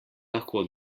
lahko